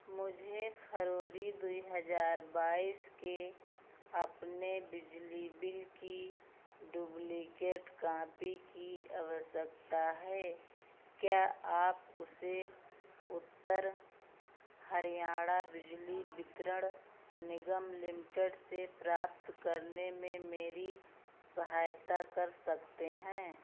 मुझे फरवरी दूइ हज़ार बाईस के अपने बिजली बिल की डुब्लिकेट कॉपी की आवश्यकता है क्या आप उसे उत्तर हरियाणा बिजली बितरण निगम लिमिटेड से प्राप्त करने में मेरी सहायता कर सकते हैं